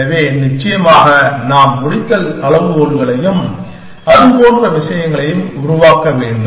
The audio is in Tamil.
எனவே நிச்சயமாக நாம் முடித்தல் அளவுகோல்களையும் அது போன்ற விஷயங்களையும் உருவாக்க வேண்டும்